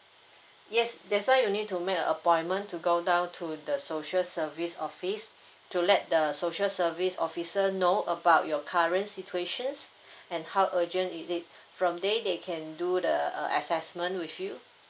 yes that's why you need to make a appointment to go down to the social service office to let the social service officer know about your current situations and how urgent is it from there they can do the uh assessment with you